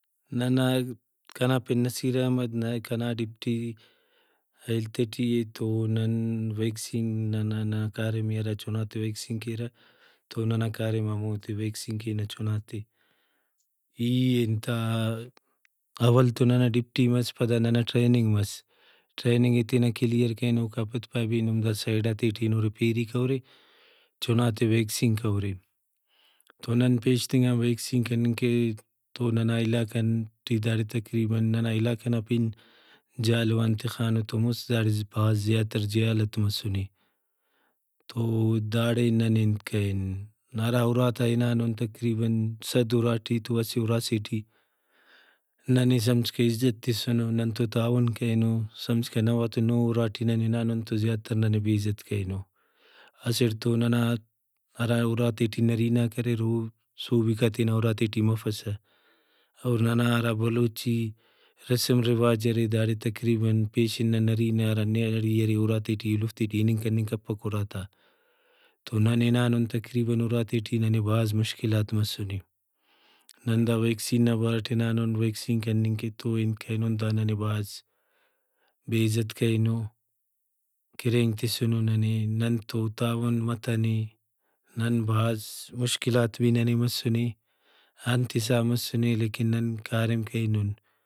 کنا پن نصیر احمد نائے کنا ڈیوٹی ہیلتھ ٹی اے تو نن ویکسین نا ننا کاریمے ہرا چُھناتے ویکسین کیرہ تو ننا کاریم ہمودے ویکسین کینہ چُھناتے۔ ای انتا اول تو ننا ڈیوٹی مس پدا ننا ٹریننگ مس ٹریننگ ئے تینا کلیئر کرین اوکا پد پائے بھئی نم دا سیڈاتے ٹی ہنورے پیری کرورے چُھناتے ویکسین کرورے۔ تو نن پیشتنگان ویکسین کننگ کہ تو ننا علاقہ آن ٹی داڑے تقریباً ننا علاقہ نا پِن جھالاوان تخانوتہ مُست داڑے بھاز زیاتر جہالت مسُنے تو داڑے ننے انت کرین ہرا اُراتا ہنانُن تقریباً صد اُراٹی تو اسہ اُراسے ٹی ننے سمجھکہ عزت تسنو نن تو تعاون کرینو سمجھکہ نود ؤ نُہہ اُراٹی نن ہنانُن تو زیاتر ننے بے عزت کرینو۔ اسٹ تو ننا ہرا اُراتے ٹی نرینہ غاک اریر او صوبیکا تینا اُراتے ٹی مفسہ اور ننا ہرا بلوچی رسم رواج ارے داڑے تقریباً پیشن نا نرینہ ہرا نیاڑی ارے اُراتے ٹی ایلوفتے ٹی اِننگ کننگ کپک اُراتا۔ تو نن ہنانُن تقریباً اُراتے ٹی ننے بھاز مشکلاک مسنے نن دا ویکسین نا بارٹ ہنانُن ویکسین کننگ کہ تو انت کرینن تا ننے بھاز بے عزت کرینو کھرینگ تسنو نن تو تعاون متنے نن بھاز مشکلات بھی ننے مسُنے انت حساب مسُنے لیکن نن کاریم کرینُن